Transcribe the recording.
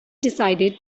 decided